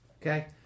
Okay